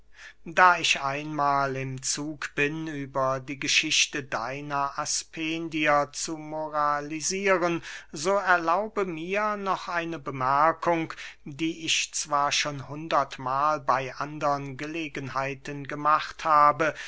da ich einmahl im zug bin über die geschichte deiner aspendier zu moralisieren so erlaube mir noch eine bemerkung die ich zwar schon hundert mahl bey andern gelegenheiten gemacht habe